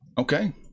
okay